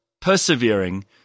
persevering